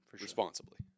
responsibly